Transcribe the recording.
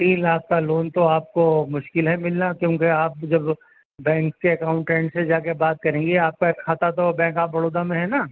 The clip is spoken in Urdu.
تین لاکھ کا لون تو آپ کو مشکل ہے ملنا کیونکہ آپ جب بینک کے اکاؤنٹینٹ سے جا کے بات کریں گی آپ کا کھاتہ تو بینک آف بڑودہ میں ہے نا